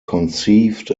conceived